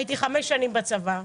הייתי חמש שנים בצבא,